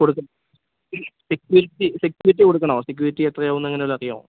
കൊടുക്ക security security കൊടുക്കണോ security എത്രയാകും എന്ന് അങ്ങനെ വല്ലതും അറിയാമോ